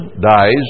dies